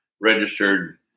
registered